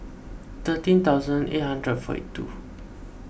thirteen thousand eight hundred forty two